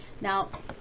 Now